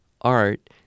art –